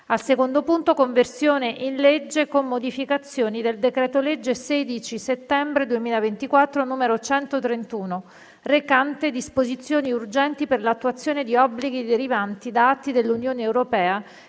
ed altri Conversione in legge, con modificazioni, del decreto-legge 16 settembre 2024, n. 131, recante disposizioni urgenti per l'attuazione di obblighi derivanti da atti dell'Unione europea